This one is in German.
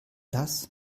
das